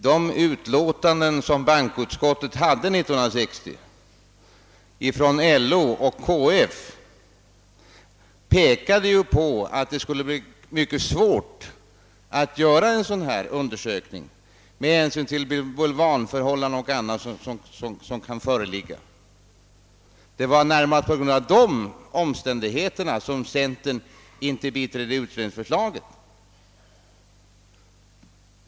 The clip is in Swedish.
De remissyttranden som bankoutskottet 1960 hade fått från LO och KF pekade på att det med hänsyn till bulvanförhållanden och dylikt skulle bli mycket svårt att göra en sådan under sökning. Det var närmast på grund därav som centerpartiet inte biträdde utredningsförslaget.